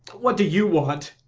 what do you want?